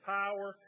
power